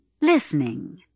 Listening